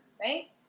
right